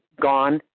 gone